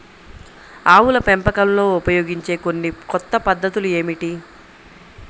ఆవుల పెంపకంలో ఉపయోగించే కొన్ని కొత్త పద్ధతులు ఏమిటీ?